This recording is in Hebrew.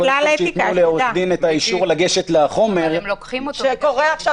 שיתנו לעורך דין לגשת לחומר ------ שקורה עכשיו,